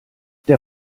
der